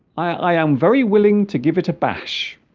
i am very willing to give it a bash